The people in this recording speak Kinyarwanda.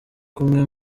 kumwe